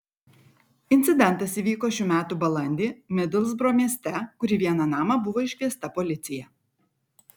incidentas įvyko šių metų balandį midlsbro mieste kur į vieną namą buvo iškviesta policija